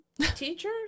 teacher